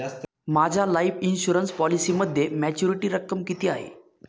माझ्या life insurance पॉलिसीमध्ये maturity रक्कम किती आहे?